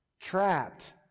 trapped